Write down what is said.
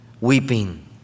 weeping